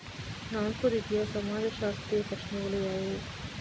ನಾಲ್ಕು ರೀತಿಯ ಸಮಾಜಶಾಸ್ತ್ರೀಯ ಪ್ರಶ್ನೆಗಳು ಯಾವುವು?